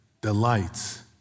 delights